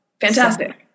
Fantastic